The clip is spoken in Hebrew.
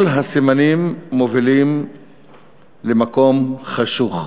כל הסימנים מובילים למקום חשוך.